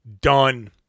done